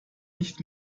nicht